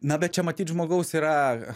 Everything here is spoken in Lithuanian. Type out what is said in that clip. na bet čia matyt žmogaus yra